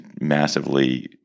massively